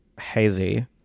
hazy